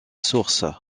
source